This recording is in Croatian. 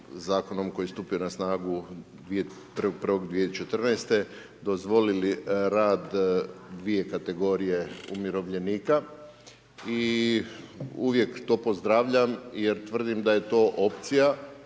koji je stupio na snagu 1.1.2014. dozvolili rad 2 kategorije umirovljenika i uvijek to pozdravljam jer tvrdim da je to opcija